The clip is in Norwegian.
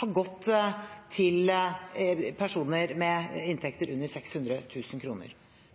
har gått til personer med inntekter under 600 000 kr.